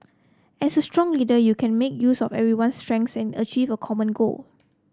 as a strong leader you can make use of everyone's strengths and achieve a common goal